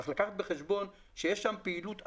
צריך לקחת בחשבון שיש שם פעילות עצומה.